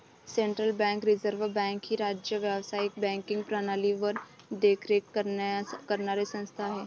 central bank reserve bank ही राज्य व्यावसायिक बँकिंग प्रणालीवर देखरेख करणारी संस्था आहे